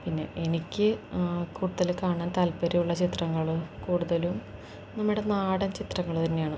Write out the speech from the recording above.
പിന്നെ എനിക്ക് കൂടുതൽ കാണാൻ താല്പര്യമുള്ള ചിത്രങ്ങൾ കൂടുതലും നമ്മുടെ നാടൻ ചിത്രങ്ങൾ തന്നെയാണ്